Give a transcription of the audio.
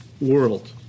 world